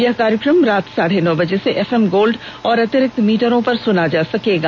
यह कार्यक्रम रात साढे नौ बजे से एफएम गोल्ड और अतिरिक्त मीटरों पर सुना जा सकता है